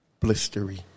Blistery